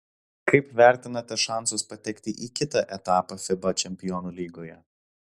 kaip vertinate šansus patekti į kitą etapą fiba čempionų lygoje